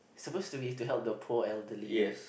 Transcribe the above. suppose to be to help the poor elderly in it